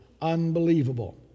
unbelievable